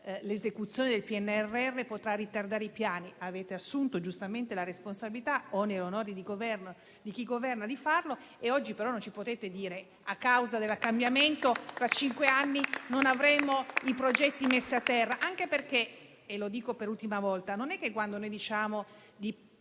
l'esecuzione del PNRR poteva ritardare i piani. Avete assunto giustamente la responsabilità di farlo - oneri e onori di chi governa - ma oggi non ci potete dire che, a causa del cambiamento, tra cinque anni non avremo i progetti messi a terra. Anche perché - lo dico per l'ultima volta - non è che, quando diciamo di